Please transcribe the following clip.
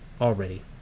already